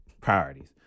priorities